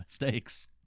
mistakes